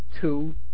two